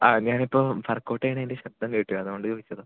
ആ ഞാൻ ഇപ്പം വർക്കൗട്ട് ചെയ്യണതിൻ്റെ ശബ്ദം കേട്ടു അതുകൊണ്ട് ചോദിച്ചതാണ്